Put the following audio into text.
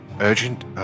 Urgent